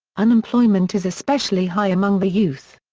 unemployment is especially high among the youth.